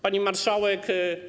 Pani Marszałek!